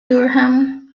durham